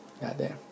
Goddamn